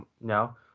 No